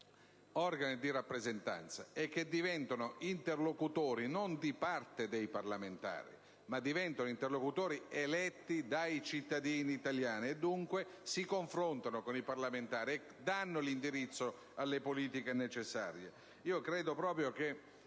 Comitato ristretto) è che diventano interlocutori non di parte dei parlamentari, ma diventano interlocutori eletti dai cittadini italiani e dunque si confrontano con i parlamentari e danno l'indirizzo alle politiche necessarie.